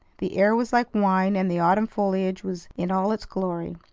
the air was like wine, and the autumn foliage was in all its glory.